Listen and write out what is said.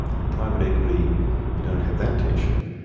in private equity you don't have that tension,